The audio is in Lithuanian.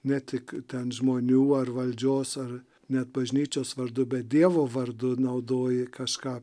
ne tik ten žmonių ar valdžios ar net bažnyčios vardu bet dievo vardu naudoji kažką